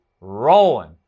rolling